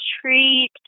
treat